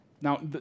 Now